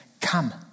come